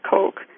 Coke